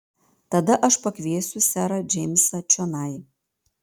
tada aš pakviesiu serą džeimsą čionai